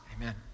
Amen